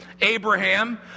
Abraham